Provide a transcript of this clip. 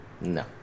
no